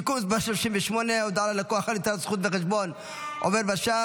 (תיקון מס' 38) (הודעה ללקוח על יתרת זכות בחשבון עובר ושב),